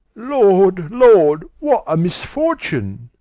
lord, lord, what a misfortune!